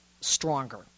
stronger